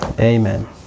amen